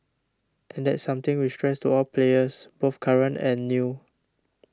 and that's something we stress all players both current and new